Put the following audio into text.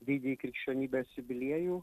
didįjį krikščionybės jubiliejų